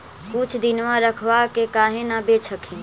कुछ दिनमा रखबा के काहे न बेच हखिन?